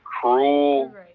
cruel